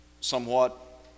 somewhat